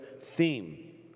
theme